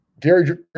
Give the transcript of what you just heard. Gary